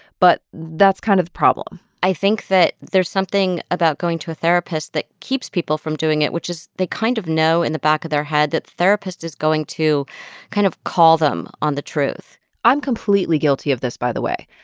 but that's kind of the problem i think that there's something about going to a therapist that keeps people from doing it, which is they kind of know in the back of their head that the therapist is going to kind of call them on the truth i'm completely guilty of this, by the way.